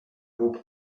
groupe